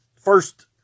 first